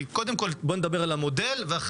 קודם כול בוא נדבר על המודל,